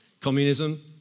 Communism